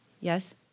Yes